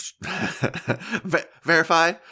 Verify